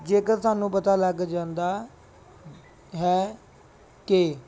ਜੇਕਰ ਸਾਨੂੰ ਪਤਾ ਲੱਗ ਜਾਂਦਾ ਹੈ ਕਿ